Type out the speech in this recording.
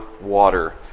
water